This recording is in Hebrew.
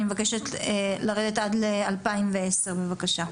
אני מבקשת לרדת עד 2010 בבקשה.